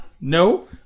No